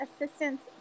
assistance